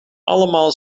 allemaal